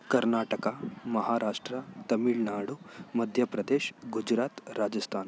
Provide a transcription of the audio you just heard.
Karnataka Maharashtra Tamil Nadu Madhya Pradesh Gujarat Rajasthan